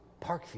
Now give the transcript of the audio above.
Parkview